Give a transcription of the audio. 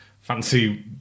fancy